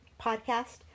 podcast